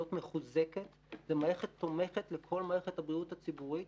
מחוזקת ומערכת תומכת לכל מערכת הבריאות הציבורית.